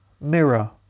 mirror